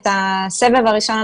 על הסבב הראשון,